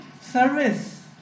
service